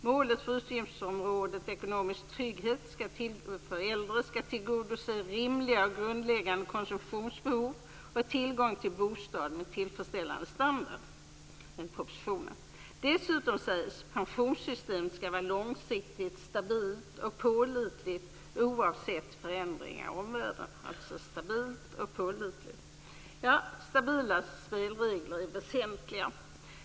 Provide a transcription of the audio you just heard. Målet för utgiftsområdet ekonomisk trygghet för äldre skall enligt propositionen tillgodose rimliga och grundläggande konsumtionsbehov och tillgång till bostad med tillfredsställande standard. Dessutom sägs att pensionssystemet skall vara långsiktigt, stabilt och pålitligt oavsett förändringar i omvärlden. Ja, stabila spelregler är väsentliga.